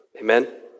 Amen